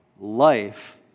life